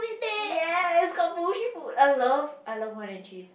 yes I love I love wine and cheese